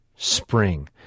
spring